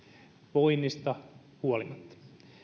voinnista huolimatta